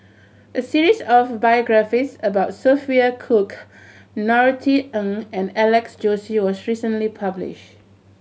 a series of biographies about Sophia Cooke Norothy Ng and Alex Josey was recently published